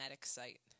site